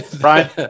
Brian